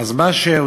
אז מה שעושים,